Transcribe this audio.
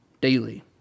daily